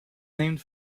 named